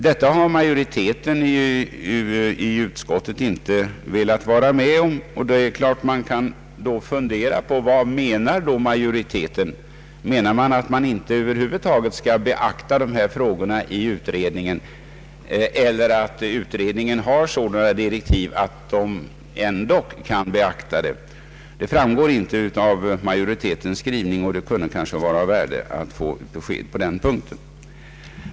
Detta har majoriteten i utskottet inte velat vara med om. Man kan då fundera på vad majoriteten menar. Är meningen att utredningen över huvud taget inte skall beakta dessa frå gor, eller att utredningen har sådana direktiv att den ändå kan beakta dem? Det framgår inte av majoritetens skrivning, och det kunde kanske vara av värde att få besked på den punkten.